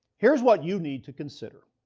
here is what you need to consider.